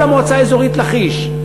כל המועצה האזורית לכיש,